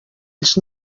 ells